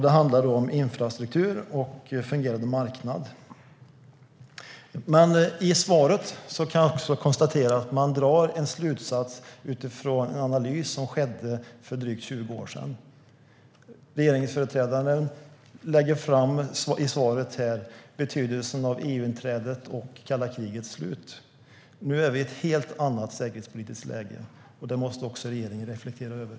Det handlar om infrastruktur och en fungerande marknad. I svaret dras en slutsats utifrån en analys som gjordes för drygt 20 år sedan. Regeringsföreträdaren framhåller i svaret betydelsen av EU-inträdet och kalla krigets slut. Nu är vi i ett helt annat säkerhetspolitiskt läge, och det måste också regeringen reflektera över.